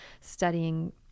studying